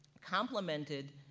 complimented